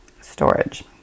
storage